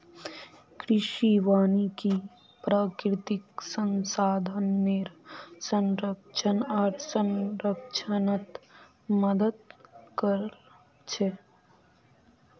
कृषि वानिकी प्राकृतिक संसाधनेर संरक्षण आर संरक्षणत मदद कर छे